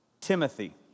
Timothy